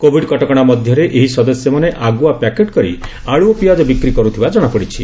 Covid କଟକଣା ମଧ୍ଧରେ ଏହି ସଦସ୍ୟମାନେ ଆଗୁଆ ପ୍ୟାକେଟ୍ କରି ଆଲୁ ଓ ପିଆଜ ବିକ୍ରି କରୁଥିବା ଜଶାପଡ଼ିଛି